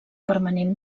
permanent